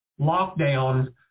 lockdown